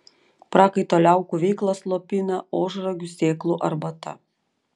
prakaito liaukų veiklą slopina ožragių sėklų arbata